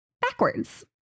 backwards